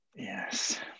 Yes